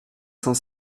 cent